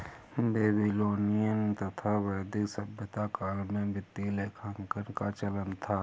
Babylonian तथा वैदिक सभ्यता काल में वित्तीय लेखांकन का चलन था